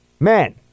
men